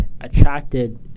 attracted